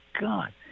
God